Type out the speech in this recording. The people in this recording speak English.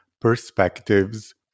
perspectives